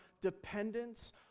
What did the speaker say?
dependence